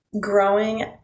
growing